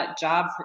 job